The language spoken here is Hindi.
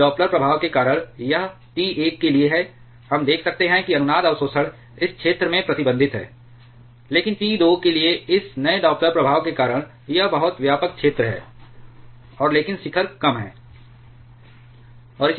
इस डॉपलर प्रभाव के कारण यह T 1 के लिए है हम देख सकते हैं कि अनुनाद अवशोषण इस क्षेत्र में प्रतिबंधित है लेकिन T 2 के लिए इस नए डॉपलर प्रभाव के कारण यह बहुत व्यापक क्षेत्र है और लेकिन शिखर कम है